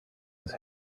his